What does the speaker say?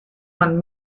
man